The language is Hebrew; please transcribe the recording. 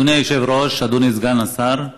אדוני היושב-ראש, אדוני סגן השר,